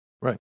Right